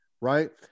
right